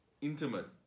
Intimate